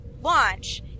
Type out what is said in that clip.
launch